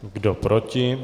Kdo proti?